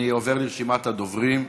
אני עובר לרשימת הדוברים.